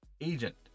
agent